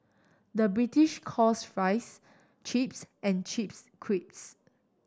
the British calls fries chips and chips